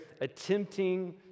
attempting